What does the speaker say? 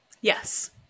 Yes